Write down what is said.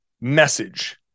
message